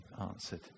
answered